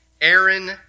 Aaron